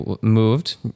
moved